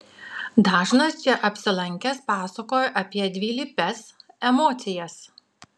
dažnas čia apsilankęs pasakoja apie dvilypes emocijas